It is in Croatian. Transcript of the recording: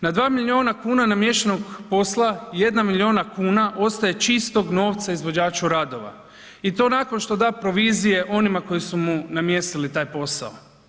Na 2 milijuna kuna namještenog posla 1 milijuna kuna ostaje čistog novca izvođaču radova i to nakon što da provizije onima koji su mu namjestili taj posao.